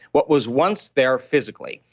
what was once there physically,